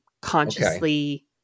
consciously